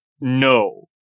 No